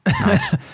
Nice